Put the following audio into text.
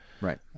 Right